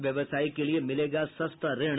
व्यवसाय के लिए मिलेगा सस्ता ऋण